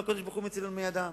והקדוש-ברוך-הוא מצילנו מידם.